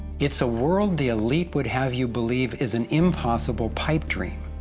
it's a world the elite would have you believe is an impossible pipe dream,